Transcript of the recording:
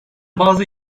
bazı